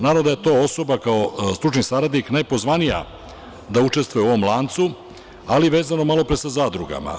Naravno da je to osoba kao stručni saradnik najpozvanija da učestvuje u ovom lancu, ali vezano malo pre sa zadrugama.